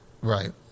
Right